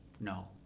No